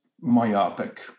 myopic